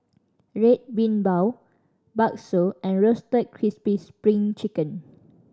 Red Bean Bao bakso and Roasted Crispy Spring Chicken